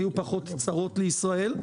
כי אז היו פחות צרות לישראל.